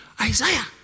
Isaiah